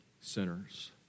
sinners